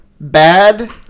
bad